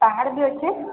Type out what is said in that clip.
ପାହାଡ଼ ବି ଅଛି